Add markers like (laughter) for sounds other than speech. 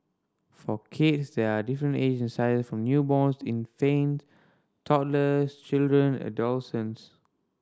for kids there are different age and size from newborns infant toddlers children (unintelligible)